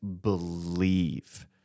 believe